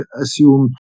assume